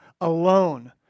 alone